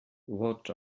what